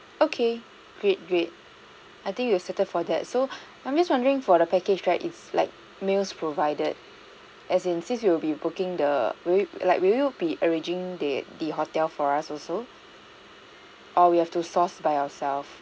okay great great I think we'll settle for that so I'm just wondering for the package right is like meals provided as in since we'll be booking the will you like will you be arranging the the hotel for us also or we have to source by ourselves